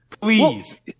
Please